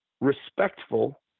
respectful